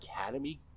academy